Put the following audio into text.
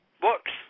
books